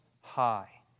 High